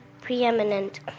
preeminent